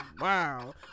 Wow